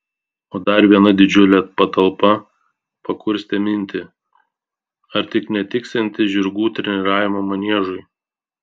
o dar viena didžiulė patalpa pakurstė mintį ar tik netiksianti žirgų treniravimo maniežui